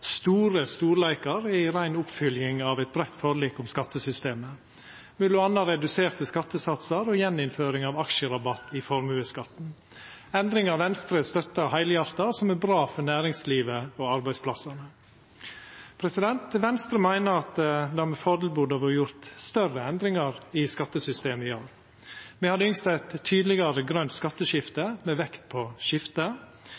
store storleikar er ei rein oppfølging av et breitt forlik om skattesystemet, m.a. reduserte skattesatsar og gjeninnføring av aksjerabatt i formuesskatten. Dette er endringar som Venstre støttar heilhjarta, som er bra for næringslivet og arbeidsplassar. Venstre meiner det med fordel burde ha vore gjort større endringar i skattesystemet i år. Me hadde ønskt oss eit tydelegare grønt